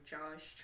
Josh